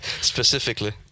specifically